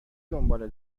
دنباله